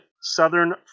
Southern